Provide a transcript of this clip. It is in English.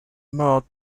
marred